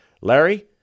Larry